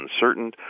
uncertain